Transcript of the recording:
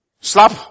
Slap